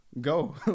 go